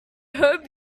hope